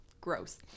gross